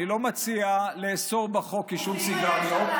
אני לא מציע לאסור בחוק עישון סיגריות,